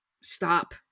stop